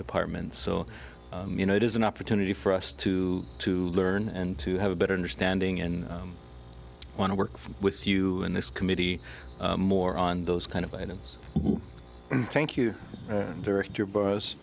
department so you know it is an opportunity for us to learn and to have a better understanding and i want to work with you in this committee more on those kind of animals thank you and direct your bios